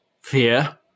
fear